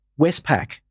Westpac